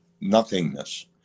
Nothingness